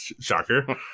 Shocker